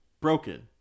broken